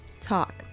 talk